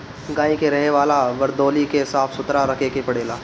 गाई के रहे वाला वरदौली के साफ़ सुथरा रखे के पड़ेला